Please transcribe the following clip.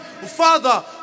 Father